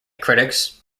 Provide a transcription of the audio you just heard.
critics